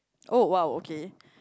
oh !wow! okay